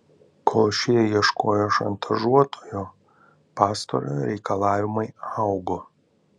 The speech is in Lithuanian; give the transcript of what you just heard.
kol šie ieškojo šantažuotojo pastarojo reikalavimai augo